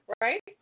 Right